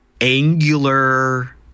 angular